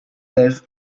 libh